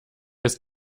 ist